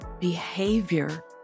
Behavior